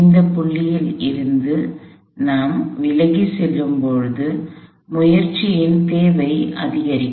இந்த புள்ளியில் இருந்து நாம் விலகிச் செல்லும்போது முயற்சியின் தேவை அதிகரிக்கும்